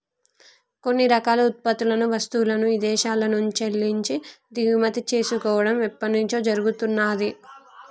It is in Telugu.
కొన్ని రకాల ఉత్పత్తులను, వస్తువులను ఇదేశాల నుంచెల్లి దిగుమతి చేసుకోడం ఎప్పట్నుంచో జరుగుతున్నాది